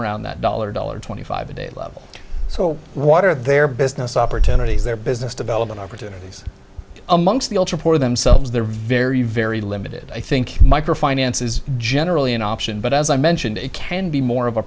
around that dollar dollar twenty five a day level so water their business opportunities their business development opportunities amongst the ultra poor themselves they're very very limited i think micro finance is generally an option but as i mentioned it can be more